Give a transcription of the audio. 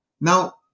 Now